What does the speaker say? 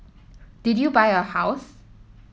did you buy a house